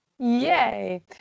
Yay